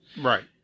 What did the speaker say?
Right